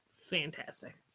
fantastic